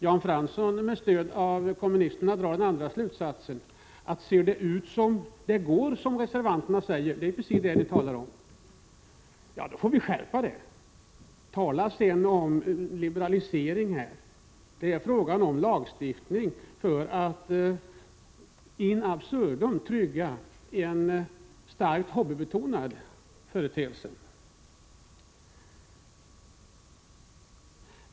Jan Fransson, med stöd av kommunisterna, drar den andra slutsatsen att om det går som reservanterna säger — det är i princip det vi talar om —, då måste vi skärpa besittningsskyddet. Tala om liberalisering! Det är frågan om en lagstiftning som in absurdum tryggar en starkt hobbybetonad företeelse.